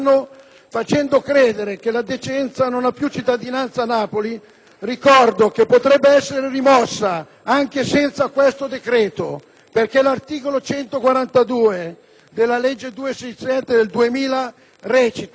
facendo credere che la decenza non ha più cittadinanza a Napoli, ricordo che potrebbe essere rimosso, anche senza questo decreto, perché l'articolo 142, primo comma, del decreto